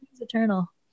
eternal